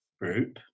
group